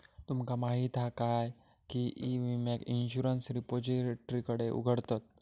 तुमका माहीत हा काय की ई विम्याक इंश्युरंस रिपोजिटरीकडे उघडतत